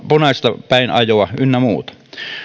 punaista päin ajoa ynnä muuta